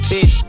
Bitch